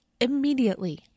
immediately